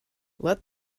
let